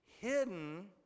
hidden